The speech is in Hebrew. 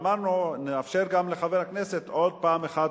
אמרנו שנאפשר גם לחבר הכנסת עוד פעם אחת.